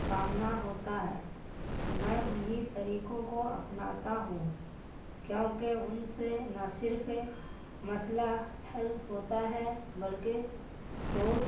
سامنا ہوتا ہے تو میں انہیں طریقوں کو اپناتا ہوں کیونکہ ان سے نہ صرف مسئلہ حل ہوتا ہے بلکہ خود